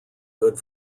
good